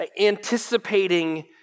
anticipating